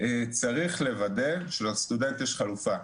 צריך לוודא שלסטודנט יש חלופה.